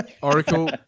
Oracle